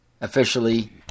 officially